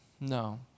No